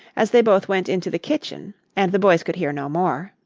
as they both went into the kitchen and the boys could hear no more.